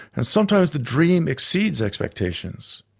and sometimes the dream exceeds expectations.